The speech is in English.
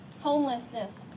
homelessness